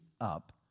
up